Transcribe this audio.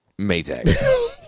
Maytag